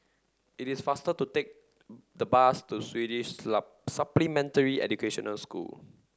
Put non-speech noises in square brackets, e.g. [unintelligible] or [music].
it is faster to take the bus to Swedish [unintelligible] Supplementary Educational School